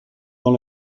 dans